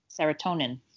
serotonin